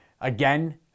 Again